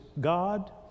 God